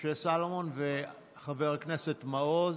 משה סולומון וחבר הכנסת מעוז.